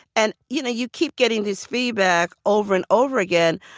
and you know, you keep getting these feedback over and over again,